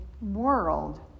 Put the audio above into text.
world